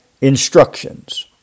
instructions